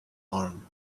harm